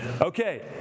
Okay